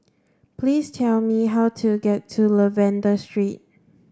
please tell me how to get to Lavender Street